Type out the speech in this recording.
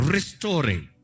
Restoring